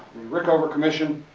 the rickover commission,